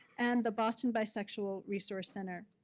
and the boston bisexual resource center.